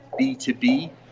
b2b